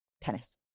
tennis